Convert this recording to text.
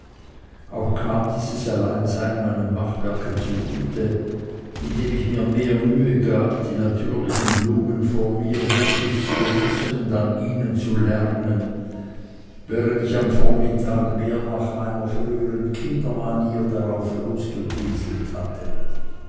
auch kam dieses alleinsein meinem machwerke zu gut indem ich mir mehr mühe gab die natürlichen blumen vor mir wirklich zu benutzen und an ihnen zu lernen während ich am vormittage mehr nach meiner früheren kindermanier drauflosgepinselt hatte